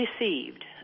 received